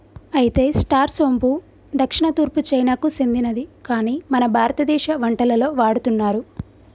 అయితే స్టార్ సోంపు దక్షిణ తూర్పు చైనాకు సెందినది కాని మన భారతదేశ వంటలలో వాడుతున్నారు